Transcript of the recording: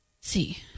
see